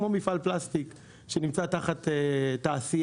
כמו מפעל פלסטיק שנמצא תחת "תעשייה",